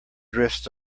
drifts